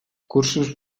cursos